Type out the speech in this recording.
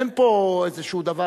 אין פה איזה דבר.